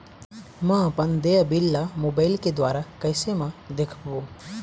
म अपन देय बिल ला मोबाइल के द्वारा कैसे म देखबो?